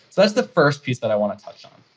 that's the first piece that i want to touch on.